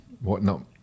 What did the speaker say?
whatnot